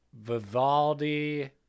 Vivaldi